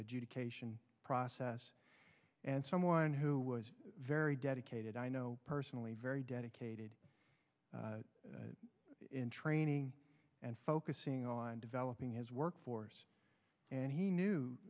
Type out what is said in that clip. education process and someone who was very dedicated i know personally very dedicated in training and focusing on developing his workforce and he knew